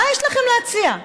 מה יש לכם להציע?